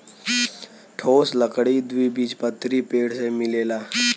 ठोस लकड़ी द्विबीजपत्री पेड़ से मिलेला